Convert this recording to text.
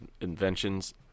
inventions